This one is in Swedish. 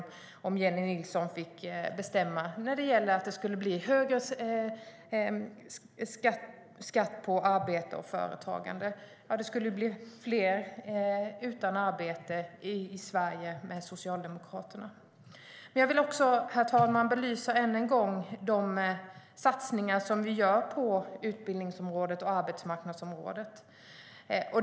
Jo, med Socialdemokraterna skulle fler bli utan arbete i Sverige. Jag vill än en gång belysa de satsningar vi gör på utbildningsområdet och arbetsmarknadsområdet.